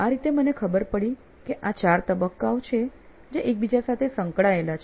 આ રીતે મને ખબર પડી કે આ ચાર તબક્કાઓ છે જે એકબીજા સાથે સંકળાયેલા છે